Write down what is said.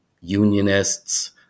Unionists